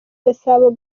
gasabo